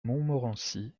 montmorency